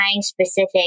specific